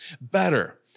better